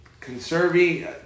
Conserving